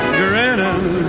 grinning